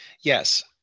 Yes